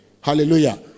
Hallelujah